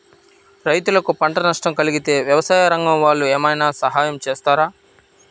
రైతులకు పంట నష్టం కలిగితే వ్యవసాయ రంగం వాళ్ళు ఏమైనా సహాయం చేస్తారా?